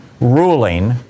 ruling